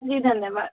जी धन्यवाद